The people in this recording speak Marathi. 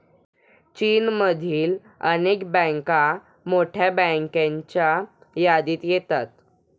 चीनमधील अनेक बँका मोठ्या बँकांच्या यादीत येतात